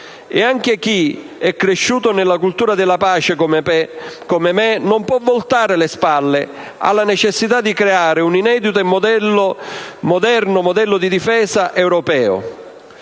Anche chi è cresciuto nella cultura della pace, come me, non può voltare le spalle alla necessità di creare un inedito moderno modello di difesa europeo.